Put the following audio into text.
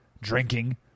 drinking